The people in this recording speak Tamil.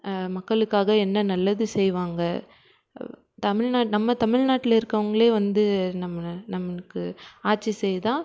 மக்களுக்காக என்ன நல்லது செய்வாங்க தமிழ்நாட் நம்ம தமிழ்நாட்ல இருக்கறவங்களே வந்து நம்மளை நம்மளுக்கு ஆட்சி செய்தால்